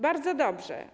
Bardzo dobrze.